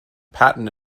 patent